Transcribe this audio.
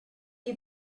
you